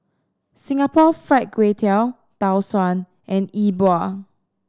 Singapore Fried Kway Tiao Tau Suan and Yi Bua